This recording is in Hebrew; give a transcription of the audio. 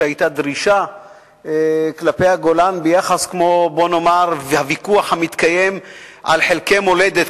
שהיתה דרישה כלפי הגולן כמו הוויכוח המתקיים על חלקי מולדת,